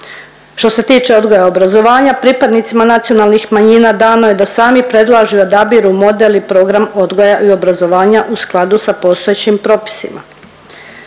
Što se tiče odgoja i obrazovanja pripadnicima nacionalnih manjina dano je da sami predlažu i odabiru model i program odgoja i obrazovanja u skladu sa postojećim propisima.